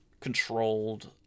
controlled